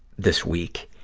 this week,